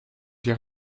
dit